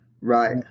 Right